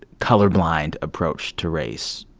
colorblind approach to race.